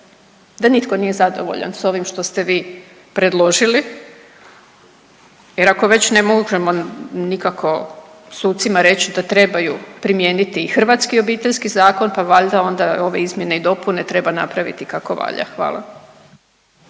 da nitko nije zadovoljan sa ovim što ste vi predložili. Jer ako već ne možemo nikako sucima reći da trebaju primijeniti i hrvatski Obiteljski zakon, pa valjda onda ove izmjene i dopune treba napraviti kako valja. Hvala.